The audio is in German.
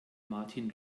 martin